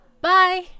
Bye